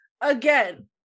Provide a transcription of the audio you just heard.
again